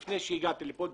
לפני שהגעתי לכאן,